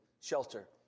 shelter